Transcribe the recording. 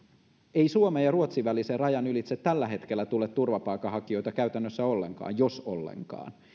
ei suomen ja ruotsin välisen rajan ylitse tällä hetkellä tule turvapaikanhakijoita käytännössä ollenkaan jos ollenkaan